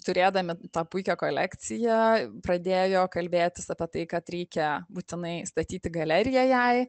turėdami tą puikią kolekciją pradėjo kalbėtis apie tai kad reikia būtinai statyti galeriją jai